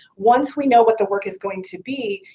once we know what the work is going to be,